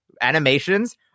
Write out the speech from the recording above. animations